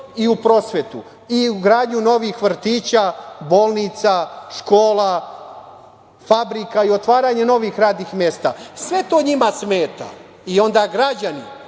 i prosvetu i u grdnju novih vrtića, bolnica, škola, fabrika i otvaranje novih radnih mesta. Sve to njima smeta i onda građani